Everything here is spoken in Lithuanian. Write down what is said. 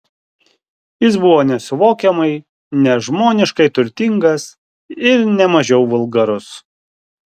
jis buvo nesuvokiamai nežmoniškai turtingas ir ne mažiau vulgarus